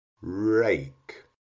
rake